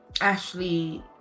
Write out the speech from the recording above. Ashley